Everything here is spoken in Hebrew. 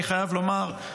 אני חייב לומר,